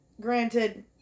Granted